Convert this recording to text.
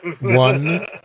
one